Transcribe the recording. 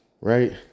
Right